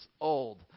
old